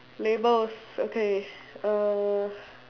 labels okay uh